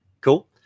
Cool